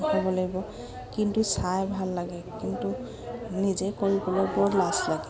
হ'ব লাগিব কিন্তু চাই ভাল লাগে কিন্তু নিজে কৰিবলৈ বৰ লাজ লাগে